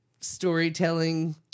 storytelling